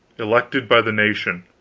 elected by the nation.